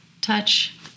touch